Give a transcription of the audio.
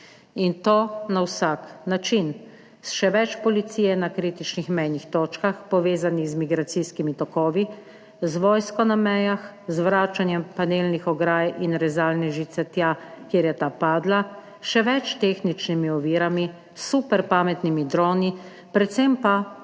In to na vsak način. Še več policije na kritičnih mejnih točkah, povezanih z migracijskimi tokovi, z vojsko na mejah, z vračanjem panelnih ograj in rezalne žice tja, kjer je ta padla, še več tehničnimi ovirami, s super pametnimi droni, predvsem pa,